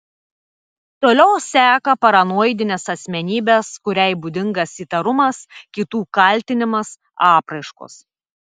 toliau seka paranoidinės asmenybės kuriai būdingas įtarumas kitų kaltinamas apraiškos